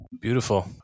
Beautiful